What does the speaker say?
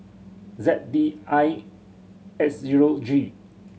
Z D I X zero G